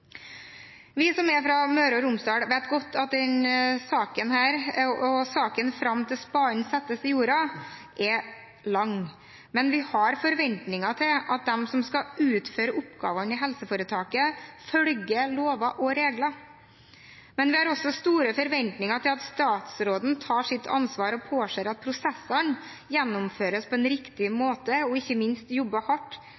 Vi som er fra Møre og Romsdal, vet godt at denne saken – og saken fram til spaden settes i jorda – er lang, men vi har forventninger til at de som skal utføre oppgavene i helseforetaket, følger lover og regler. Men vi har også store forventninger til at statsråden tar sitt ansvar og påser at prosessene gjennomføres på en riktig måte, og ikke minst jobber hardt